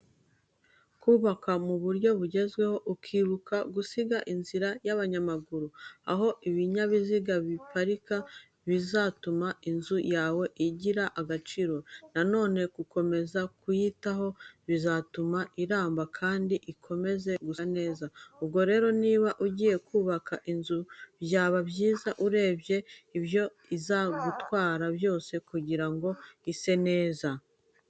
Kubaka mu buryo bugezweho, ukibuka gusiga inzira z'abanyamaguru, aho ibinyabiziga biparika bizatuma inzu yawe igira agaciro. Na none gukomeza kuyitaho bizatuma iramba kandi ikomeze gusa neza. Ubwo rero niba ugiye kubaka inzu byaba byiza urebye ibyo izagutwara byose kugira ngo ise neza.